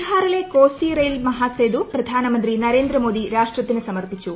ബിഹാറിലെ കോസി റെയിൽ മഹാസേതു പ്രധാനമന്ത്രി നരേന്ദ്രമോദി രാഷ്ട്രത്തിനു സമർപ്പിച്ചു